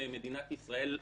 כמדינת ישראל,